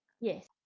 Yes